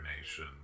nation